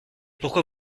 pourquoi